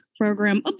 Program